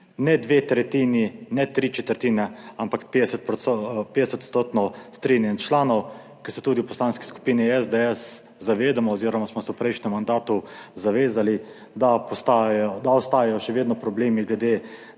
Ne dve tretjini, ne tri četrtine, ampak 50-odstotno strinjanje članov, ker se tudi v Poslanski skupini SDS zavedamo oziroma smo se v prejšnjem mandatu zavedali, da ostajajo še vedno problemi glede